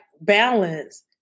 balance